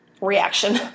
reaction